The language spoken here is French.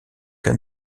qu’à